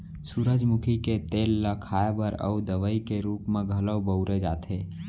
सूरजमुखी के तेल ल खाए बर अउ दवइ के रूप म घलौ बउरे जाथे